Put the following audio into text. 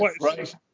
right